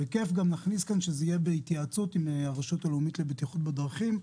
בכיף גם נכניס כאן שזה יהיה בהתייעצות עם הרשות הלאומית לבטיחות בדרכים,